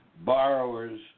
borrowers